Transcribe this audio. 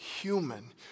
human